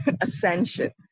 Ascension